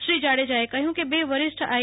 શ્રી જાડેજાએ કહ્યુ કે બે વરિષ્ઠ આઈ